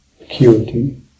acuity